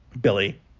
Billy